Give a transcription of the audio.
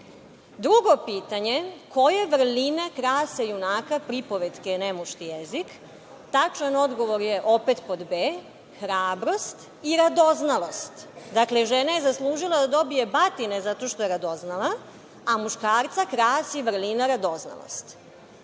pitanje – koje vrline krase junaka pripovetke „Nemušti jezik“? Tačan odgovor je opet pod b) – hrabrost i radoznalost. Dakle, žena je zaslužila da dobije batine zato što je radoznala, a muškarca krasi vrlina radoznalost. To